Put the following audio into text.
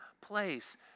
place